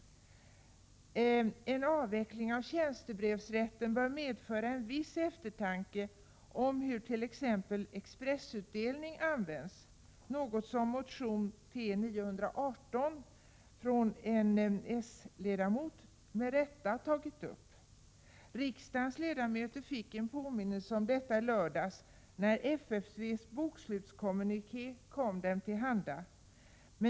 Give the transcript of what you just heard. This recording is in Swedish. En avveckling av tjänstebrevsrätten bör medföra en viss eftertanke när det gäller t.ex. användningen av expressutdelning, en fråga som med rätta tas upp i motion T918 av en socialdemokratisk ledamot. Riksdagens ledamöter fick en påminnelse om denna fråga i lördags, när FFV:s bokslutskommuniké kom dem till handa.